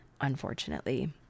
unfortunately